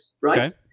right